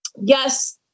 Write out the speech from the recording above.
yes